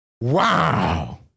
Wow